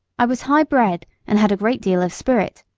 i was high bred and had a great deal of spirit,